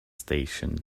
station